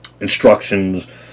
instructions